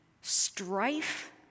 strife